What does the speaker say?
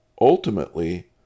ultimately